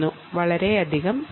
വളരെയധികം നന്ദി